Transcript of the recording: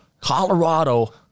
Colorado